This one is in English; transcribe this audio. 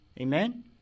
Amen